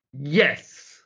yes